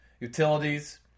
utilities